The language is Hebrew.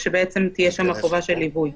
כשתהיה שם חובת ליווי.